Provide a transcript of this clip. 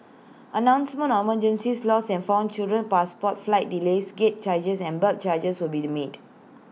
announcements on emergencies lost and found children passports flight delays gate changes and belt changes will still be made